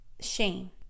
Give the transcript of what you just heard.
Shame